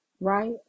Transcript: right